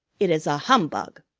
it is a humbug!